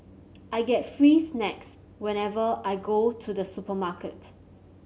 I get free snacks whenever I go to the supermarket